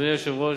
אדוני היושב-ראש,